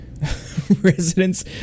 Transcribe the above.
residents